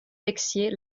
texier